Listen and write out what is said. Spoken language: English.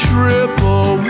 Triple